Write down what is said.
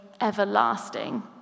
everlasting